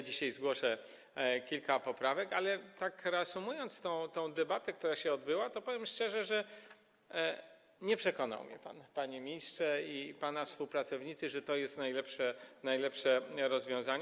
Dzisiaj zgłoszę kilka poprawek, ale tak reasumując tę debatę, która się odbyła, powiem szczerze, że nie przekonał mnie pan, panie ministrze, ani pana współpracownicy, że to jest najlepsze rozwiązanie.